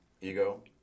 Ego